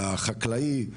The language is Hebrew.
החקלאי,